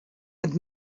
had